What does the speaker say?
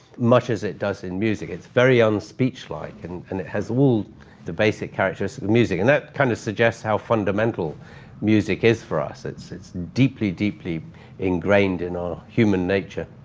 much as it does in music. it's very un-speech-like and and it has all the basic characteristics of music, and that kind of suggests how fundamental music is for us. it's it's deeply, deeply ingrained in our human nature.